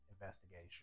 investigation